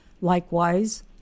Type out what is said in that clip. Likewise